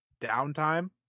downtime